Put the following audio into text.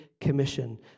commission